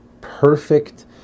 perfect